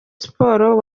sports